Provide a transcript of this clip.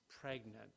pregnant